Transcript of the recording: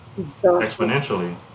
exponentially